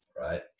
right